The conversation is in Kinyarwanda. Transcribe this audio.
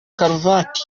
karuvati